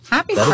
Happy